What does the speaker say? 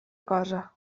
cosa